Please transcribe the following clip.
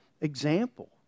example